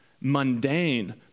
mundane